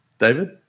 David